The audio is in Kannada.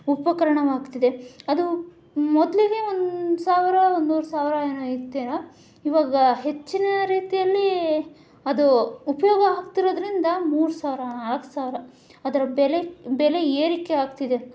ಉಪಕರಣವಾಗ್ತಿದೆ ಅದು ಮೊದಲಿಗೆ ಒಂದು ಸಾವಿರ ಒಂದುವರೆ ಸಾವಿರ ಏನೋ ಇತ್ತೇನೋ ಇವಾಗ ಹೆಚ್ಚಿನ ರೀತಿಯಲ್ಲಿ ಅದು ಉಪಯೋಗ ಆಗ್ತಿರೋದರಿಂದ ಮೂರು ಸಾವಿರ ನಾಲ್ಕು ಸಾವಿರ ಅದ್ರ ಬೆಲೆ ಬೆಲೆ ಏರಿಕೆ ಆಗ್ತಿದೆ